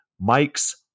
Mike's